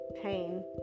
pain